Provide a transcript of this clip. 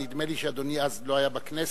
נדמה לי שאדוני אז לא היה בכנסת,